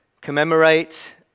commemorate